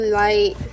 light